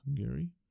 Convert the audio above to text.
Hungary